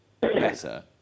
better